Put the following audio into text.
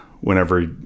whenever